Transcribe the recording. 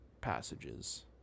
passages